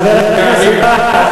חבר הכנסת בר,